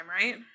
right